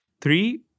Three